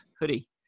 hoodie